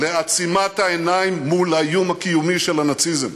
לעצימת העיניים מול האיום הקיומי של הנאציזם.